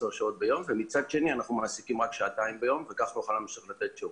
העצמאים במשק מציאת פתרונות נוכח המשבר הנוכחי.